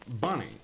Bunny